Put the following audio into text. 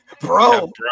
Bro